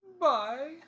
Bye